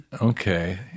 Okay